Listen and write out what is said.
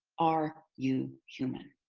are you human?